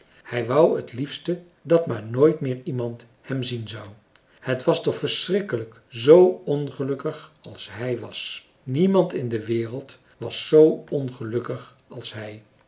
hij wou het liefste dat maar nooit meer iemand hem zien zou het was toch verschrikkelijk zoo ongelukkig als hij was niemand in de wereld was z ongelukkig als hij